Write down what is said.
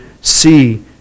see